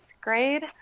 grade